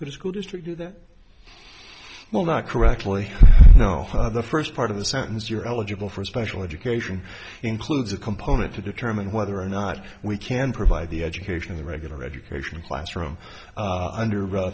good school district do that well not correctly you know the first part of the sentence you're eligible for special education includes a component to determine whether or not we can provide the education the regular education classroom under